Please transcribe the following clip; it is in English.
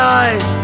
eyes